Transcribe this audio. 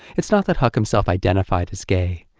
it's not that he himself identified as gay.